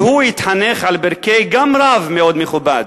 שהוא התחנך על ברכי רב, גם מאוד מכובד,